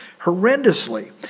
horrendously